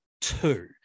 two